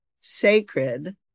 sacred